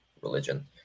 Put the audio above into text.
religion